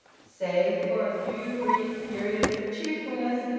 save for a few brief periods of cheerfulness,